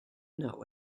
know